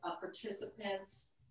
participants